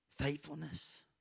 faithfulness